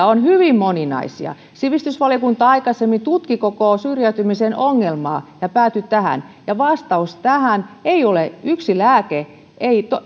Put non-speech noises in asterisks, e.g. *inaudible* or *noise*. *unintelligible* on hyvin moninaisia sivistysvaliokunta aikaisemmin tutki koko syrjäytymisen ongelmaa ja päätyi tähän vastaus tähän ei ole yksi lääke se